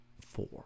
four